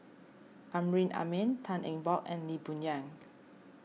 Amrin Amin Tan Eng Bock and Lee Boon Yang